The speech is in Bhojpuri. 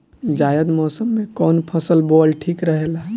जायद मौसम में कउन फसल बोअल ठीक रहेला?